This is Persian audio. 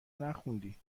نخوندی